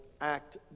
act